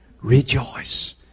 Rejoice